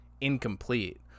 incomplete